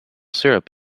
syrup